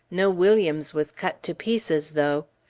know williams was cut to pieces, though!